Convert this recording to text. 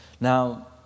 Now